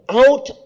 out